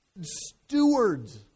stewards